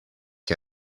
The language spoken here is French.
qui